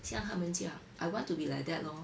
像他们这样 I want to be like that lor